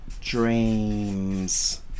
dreams